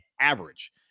average